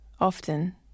often